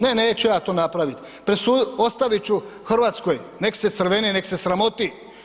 Ne, neću ja to napraviti, ostavit ću Hrvatskoj nek' se crveni, nek' se sramoti.